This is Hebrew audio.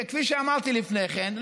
שכפי שאמרתי לפני כן,